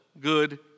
good